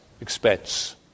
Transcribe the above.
expense